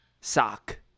sock